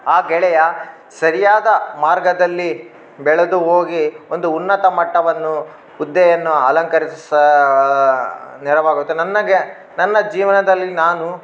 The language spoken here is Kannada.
ಆ ಗೆಳೆಯ ಸರಿಯಾದ ಮಾರ್ಗದಲ್ಲಿ ಬೆಳೆದು ಹೋಗಿ ಒಂದು ಉನ್ನತ ಮಟ್ಟವನ್ನು ಹುದ್ದೆಯನ್ನು ಅಲಂಕರಿಸ ನೆರವಾಗುತ್ತೆ ನನಗೆ ನನ್ನ ಜೀವನದಲ್ಲಿ ನಾನು